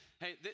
Hey